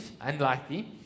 unlikely